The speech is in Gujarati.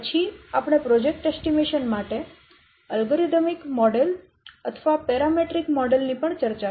પછી આપણે પ્રોજેક્ટ અંદાજ માટે અલ્ગોરિધમિક મોડેલ અથવા પેરામેટ્રિક મોડેલ ની પણ ચર્ચા કરી